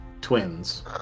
twins